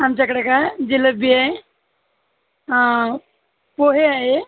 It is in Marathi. आमच्याकडे काय जिलेबी आहे पोहे आहे